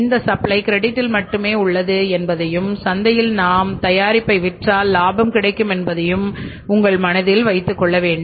இந்த சப்ளை கிரெடிட்டில் மட்டுமே உள்ளது என்பதையும் சந்தையில் நாம் தயாரிப்பை விற்றால் லாபம் கிடைக்கும் என்பதையும் உங்கள் மனதில் வைத்து கொள்ள வேண்டும்